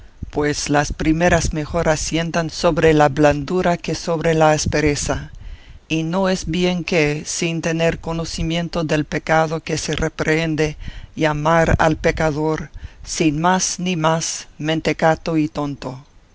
pues las primeras mejor asientan sobre la blandura que sobre la aspereza y no es bien que sin tener conocimiento del pecado que se reprehende llamar al pecador sin más ni más mentecato y tonto